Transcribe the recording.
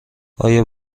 آیا